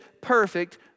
perfect